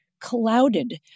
Clouded